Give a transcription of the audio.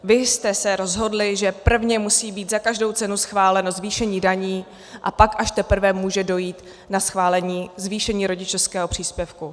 Vy jste se rozhodli, že prvně musí být za každou cenu schváleno zvýšení daní, a pak až teprve může dojít na schválení zvýšení rodičovského příspěvku.